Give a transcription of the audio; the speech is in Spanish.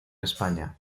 españa